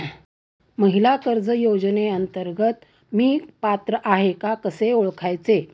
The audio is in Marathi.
महिला कर्ज योजनेअंतर्गत मी पात्र आहे का कसे ओळखायचे?